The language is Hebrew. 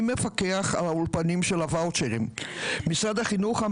מפקח על האולפנים של הוואוצ'רים של משרד החינוך.